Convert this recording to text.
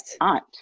aunt